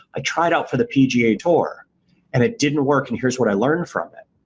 i tried out for the pga tour and it didn't work and here's what i learned from it,